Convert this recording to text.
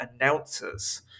announcers